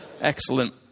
Excellent